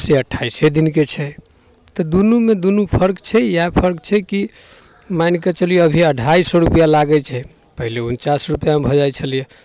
से अट्ठाइसे दिनके छै तऽ दुनूमे दुनू फर्क छै इएह फर्क छै कि मानिकऽ चलिऔ अभी अढ़ाइ सओ रुपैआ लागै छै पहिले उनचास रुपैआमे भऽ जाइ छलैए